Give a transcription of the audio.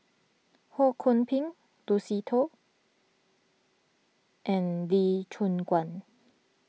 Ho Kwon Ping Lucy Koh and Lee Choon Guan